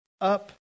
up